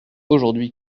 aujourd’hui